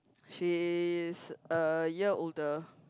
she's a year older